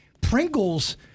Pringles